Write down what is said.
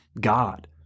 God